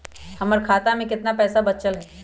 हमर खाता में केतना पैसा बचल हई?